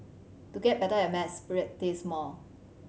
to get better at maths practise more